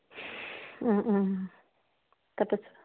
ও তাৰপিছত